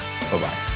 Bye-bye